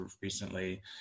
recently